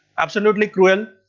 absolutely cruel,